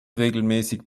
regelmäßig